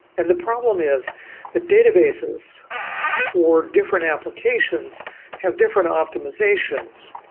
and the problem is the databases for different applications have different optimizations.